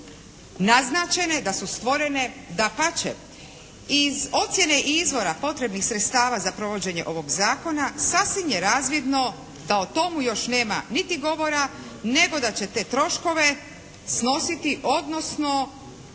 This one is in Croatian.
naznačene da su stvorene. Dapače iz ocjene i izvora potrebnih sredstava za provođenje ovog zakona sasvim je razvidno da o tomu još nema niti govora nego da će te troškove snositi odnosno